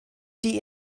die